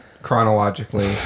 chronologically